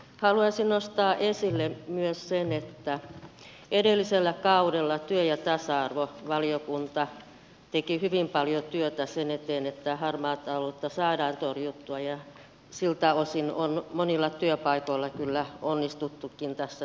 haluaisin nostaa esille myös sen että edellisellä kaudella työ ja tasa arvovaliokunta teki hyvin paljon työtä sen eteen että harmaata taloutta saadaan torjuttua ja siltä osin on monilla työpaikoilla kyllä onnistuttukin tässä työssä